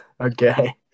okay